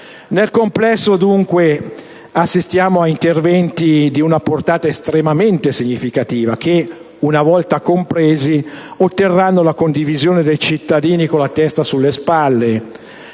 Nel complesso, dunque, assistiamo a interventi di portata estremamente significativa, che una volta compresi otterranno la condivisione dei cittadini con la testa sulle spalle.